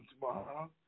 tomorrow